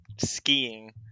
skiing